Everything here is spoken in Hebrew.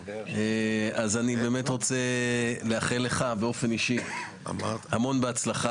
אז אני באמת רוצה לאחל לך באופן אישי המון בהצלחה.